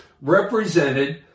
represented